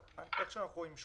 איך שאנחנו רואים את זה,